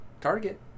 target